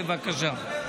בבקשה.